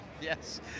Yes